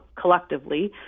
collectively